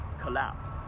collapse